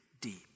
deep